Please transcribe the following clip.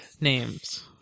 names